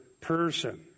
person